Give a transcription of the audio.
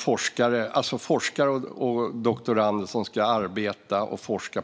Forskare och doktorander som ska arbeta